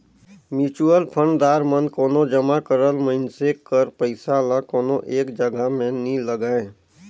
mutual fund दार मन कोनो जमा करल मइनसे कर पइसा ल कोनो एक जगहा में नी लगांए